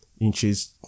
inches